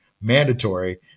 mandatory